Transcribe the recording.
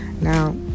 Now